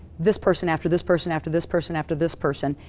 this person, after this person, after this person, after this person.